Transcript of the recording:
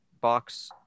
box